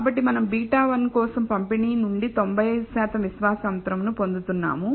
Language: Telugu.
కాబట్టి మనం β1 కోసం పంపిణీ నుండి 95 శాతం విశ్వాస అంతరంను పొందుతున్నాము